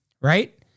right